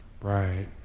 right